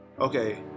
okay